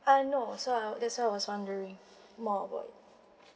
uh no so I that's why I was wondering more about it